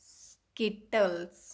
skittles